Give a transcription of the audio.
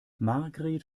margret